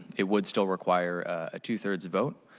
it would still require a two thirds vote,